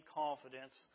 confidence